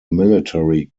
military